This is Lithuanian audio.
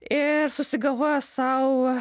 ir susigalvojo sau